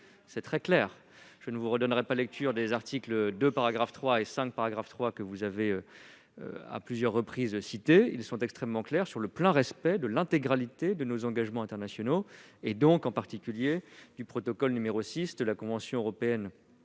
en Inde. Je ne redonnerai pas lecture des articles 2 paragraphe 3 et 5 paragraphe 3, qui ont été cités à plusieurs reprises : ils sont extrêmement clairs sur le plein respect de l'intégralité de nos engagements internationaux, en particulier du protocole n° 6 de la Convention européenne